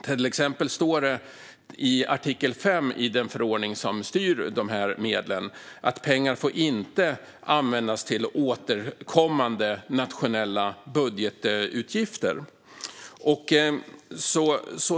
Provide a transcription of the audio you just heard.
Till exempel står det i artikel 5 i den förordning som styr dessa medel att pengar inte får användas till återkommande nationella budgetutgifter.